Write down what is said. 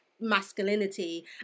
masculinity